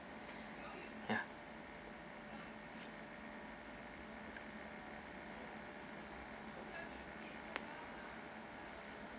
ya